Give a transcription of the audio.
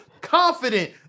confident